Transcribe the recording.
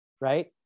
right